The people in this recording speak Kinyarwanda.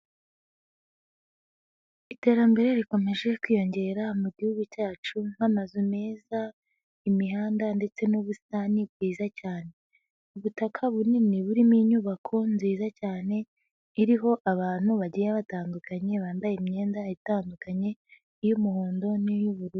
Iterambere rikomeje kwiyongera mu Gihugu cyacu nk'amazu meza, imihanda ndetse n'ubusitani bwiza cyane, ubutaka bunini burimo inyubako nziza cyane, iriho abantu bagiye batandukanye bambaye imyenda itandukanye iy'umuhondo n'iy'ubururu.